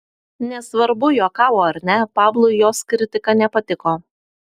nesvarbu juokavo ar ne pablui jos kritika nepatiko